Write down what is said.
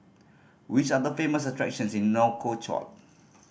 which are the famous attractions in Nouakchott